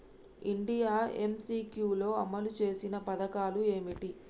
India MCQ లో అమలు చేసిన పథకాలు ఏమిటి?